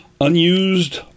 unused